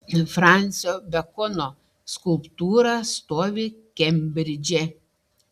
fransio bekono skulptūra stovi kembridže